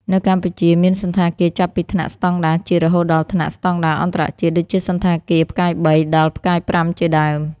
នៅកម្ពុជា មានសណ្ឋាគារចាប់ពីថ្នាក់ស្តង់ដារជាតិរហូតដល់ថ្នាក់ស្ដង់ដារអន្តរជាតិ ដូចជាសណ្ឋាគារ ផ្កាយ៣ ដល់ ផ្កាយ៥ជាដើម។